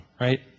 right